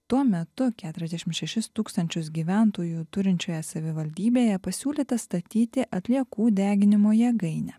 tuo metu keturiasdešim šešis tūkstančių gyventojų turinčioje savivaldybėje pasiūlyta statyti atliekų deginimo jėgainę